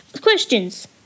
questions